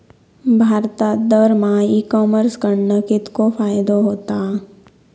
भारतात दरमहा ecommerce कडणा कितको फायदो होता?